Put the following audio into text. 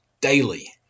daily